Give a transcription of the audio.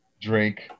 Drake